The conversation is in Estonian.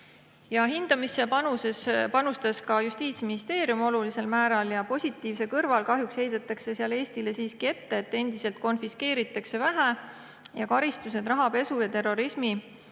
Hindamisse panustas ka Justiitsministeerium olulisel määral. Positiivse kõrval kahjuks heidetakse Eestile ette, et endiselt konfiskeeritakse vähe ja karistused rahapesu ja terrorismi